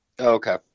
Okay